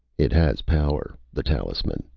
it has power, the talisman.